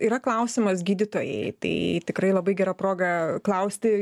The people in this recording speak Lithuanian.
yra klausimas gydytojai tai tikrai labai gera proga klausti